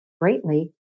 Greatly